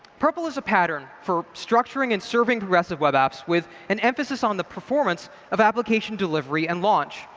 prpl is a pattern for structuring and serving progressive web apps with an emphasis on the performance of application delivery and launch.